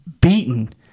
beaten